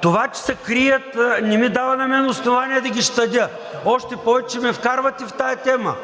Това, че се крият, не ми дава на мен основание да ги щадя. Още повече че ме вкарвате в тази тема,